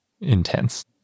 intense